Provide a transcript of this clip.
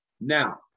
now